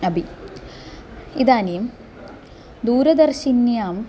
अपि इदानीं दूरदर्शिन्याम्